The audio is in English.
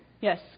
Yes